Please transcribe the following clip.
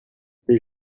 les